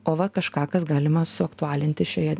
o va kažką kas galima suaktualinti šioje